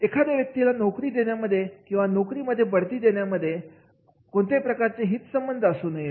एखाद्या व्यक्तीला नोकरी देण्यामध्ये किंवा नोकरी मध्ये बढती देण्यामध्ये प्रकारचे हित संबंध असू नयेत